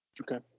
Okay